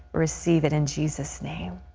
receive it in jesus' name.